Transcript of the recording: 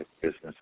business